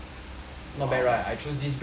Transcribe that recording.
not bad right I choose this background though